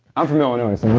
i'm from illinois.